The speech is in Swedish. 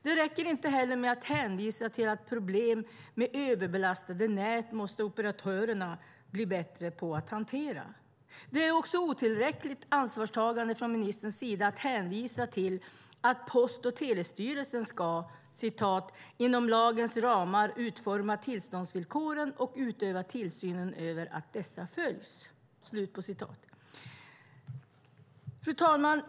Det räcker inte heller med att hänvisa till att operatörerna måste bli bättre på att hantera problem med överbelastade nät. Det är också otillräckligt ansvarstagande från ministerns sida att hänvisa till att Post och telestyrelsen "ska inom lagens ramar utforma tillståndsvillkoren och utöva tillsyn över att dessa följs". Fru talman!